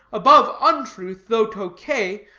above untruth, though tokay,